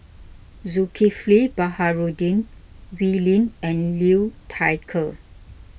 Zulkifli Baharudin Wee Lin and Liu Thai Ker